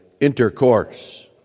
intercourse